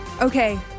okay